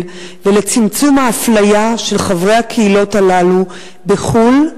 ולצמצום האפליה של חברי הקהילות הללו בחו"ל,